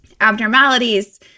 abnormalities